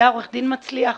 היה עורך דין מצליח,